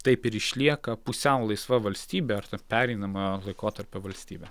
taip ir išlieka pusiau laisva valstybė ar ta pereinamojo laikotarpio valstybe